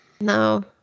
No